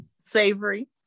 savory